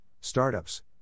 startups